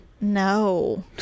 No